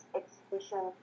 exhibition